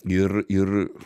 ir ir